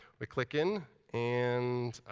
we click in and